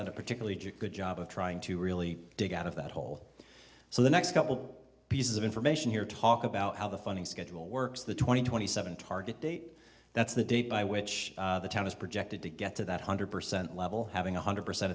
a particularly good job of trying to really dig out of that hole so the next couple pieces of information here talk about how the funding schedule works the twenty twenty seven target date that's the date by which the town is projected to get to that hundred percent level having one hundred percent